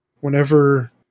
whenever